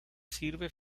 sirve